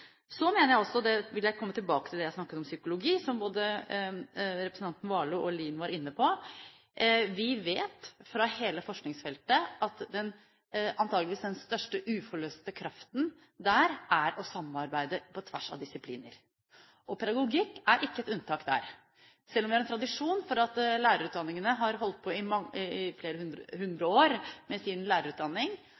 psykologi, som både representanten Warloe og representanten Lien var inne på. Vi vet fra hele forskningsfeltet at antakeligvis den største uforløste kraften der er å samarbeide på tvers av disipliner. Pedagogikk er ikke et unntak. Når det er tradisjon for at lærerutdanningene har holdt på i